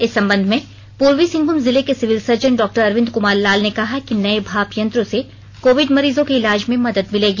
इस संबंध में पूर्वी सिंहभूम जिले के सिविल सर्जन डॉ अरविंद कुमार लाल ने कहा कि नये भाप यंत्रों से कोविड मरीजों के इलाज में मदद मिलेगी